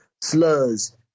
slurs